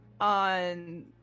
on